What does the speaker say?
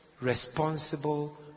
responsible